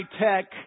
tech